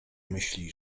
myśli